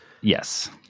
Yes